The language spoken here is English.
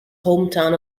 hometown